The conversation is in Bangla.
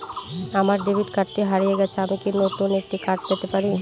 আমার ডেবিট কার্ডটি হারিয়ে গেছে আমি কি নতুন একটি কার্ড পেতে পারি?